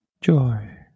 joy